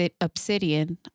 obsidian